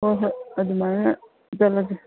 ꯍꯣꯏ ꯍꯣꯏ ꯑꯗꯨꯃꯥꯏꯅ ꯆꯠꯂꯁꯤ